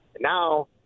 now